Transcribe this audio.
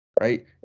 right